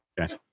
Okay